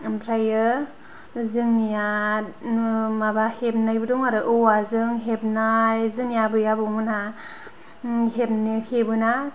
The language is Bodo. ओमफ्राय जोंनिया माबा हेबनायबो औवाजों होबनाय जोंनि आबै आबौमोनहा हेबनाय हेबो ना